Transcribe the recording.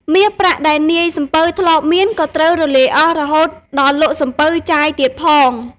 មាសប្រាក់ដែលនាយសំពៅធ្លាប់មានក៏ត្រូវរលាយអស់ រហូតដល់លក់សំពៅចាយទៀតផង។